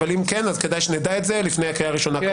כדאי שנדע את זה לפני הקריאה הראשונה.